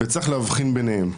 שצריך להבחין ביניהן: